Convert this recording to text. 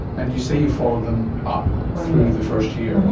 and you say you follow them up through the first year.